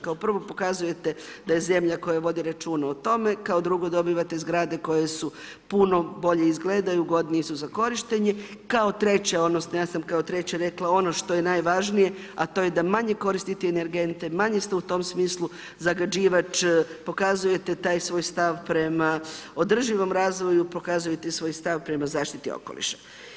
Kao prvo pokazujete da je zemlja koja vodi računa o tome, kao drugo dobivate zgrade koje su puno bolje izgledaju, ugodnije su za korištenje, kao treće ono što je najvažnije, a to je da manje koristite energente, manje ste u tom smislu zagađivač, pokazujete taj svoj stav prema održivom razvoju, pokazujete svoj stav prema zaštiti okoliša.